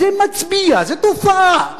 זה מצביע, זו תופעה.